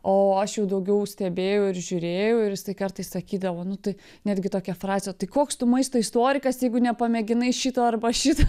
o aš jau daugiau stebėjau ir žiūrėjau ir jisai kartais sakydavo nu tai netgi tokią frazę tai koks tu maisto istorikas jeigu nepamėginai šito arba šito